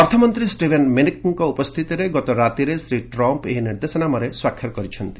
ଅର୍ଥମନ୍ତ୍ରୀ ଷ୍ଟିଭେନ୍ ମିନିକ୍ଙ୍କ ଉପସ୍ଥିତିରେ ଗତରାତିରେ ଶ୍ରୀ ଟ୍ରମ୍ପ୍ ଏହି ନିର୍ଦ୍ଦେଶନାମାରେ ସ୍ୱାକ୍ଷର କରିଛନ୍ତି